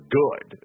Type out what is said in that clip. good